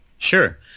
Sure